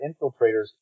infiltrators